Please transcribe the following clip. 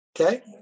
Okay